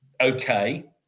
okay